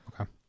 Okay